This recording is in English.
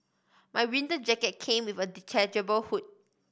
my winter jacket came with a detachable hood